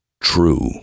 True